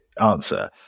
answer